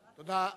תודה.